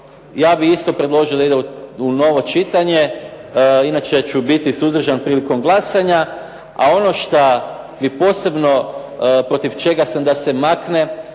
Ja bih isto predložio da ide u novo čitanje, inače ću biti suzdržan prilikom glasanja. A ono što bih posebno, protiv čega sam da se makne,